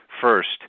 first